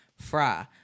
fry